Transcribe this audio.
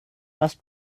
must